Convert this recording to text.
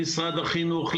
למשרד החינוך,